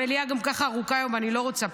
המליאה גם כך ארוכה היום ואני לא רוצה פה,